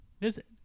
visit